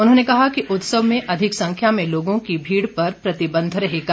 उन्होंने कहा कि उत्सव में अधिक संख्या में लोगों की भीड़ पर प्रतिबंध रहेगा